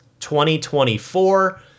2024